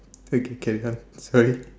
okay okay this one sorry